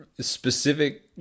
Specific